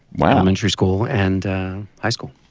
while i'm in every school and high school